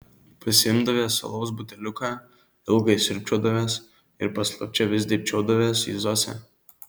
pasiimdavęs alaus buteliuką ilgai siurbčiodavęs ir paslapčia vis dėbčiodavęs į zosę